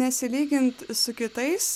nesilygint su kitais